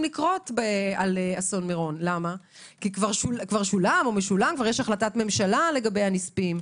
לקרות על אסון מירון כי יש החלטת ממשלה לגבי הנספים.